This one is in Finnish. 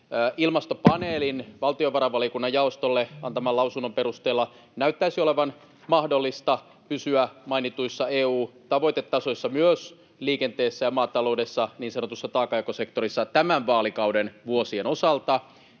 Ilmastopaneelin valtiovarainvaliokunnan jaostolle antaman lausunnon perusteella näyttäisi olevan mahdollista pysyä mainituissa EU-tavoitetasoissa myös liikenteessä ja maataloudessa, niin sanotussa taakanjakosektorissa, tämän vaalikauden vuosien osalta.